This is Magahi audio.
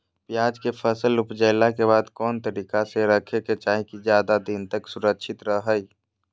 प्याज के फसल ऊपजला के बाद कौन तरीका से रखे के चाही की ज्यादा दिन तक सुरक्षित रहय?